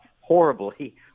horribly